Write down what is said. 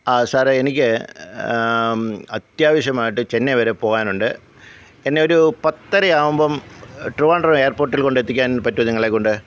ആ സാറേ എനിക്ക് അത്യാവശ്യമായിട്ട് ചെന്നൈ വരെ പോകാനുണ്ട് എന്നെ ഒരു പത്തരയാവുമ്പം ട്രിവാണ്ട്രം എയർപോട്ടില് കൊണ്ടെത്തിക്കാന് പറ്റുമോ നിങ്ങളെക്കൊണ്ട്